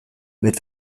mit